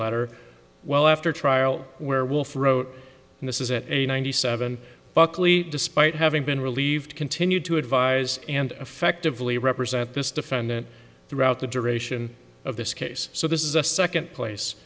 letter well after trial werewolf wrote and this is at a ninety seven buckley despite having been relieved continued to advise and affectively represent this defendant throughout the duration of this case so this is a second place